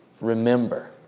remember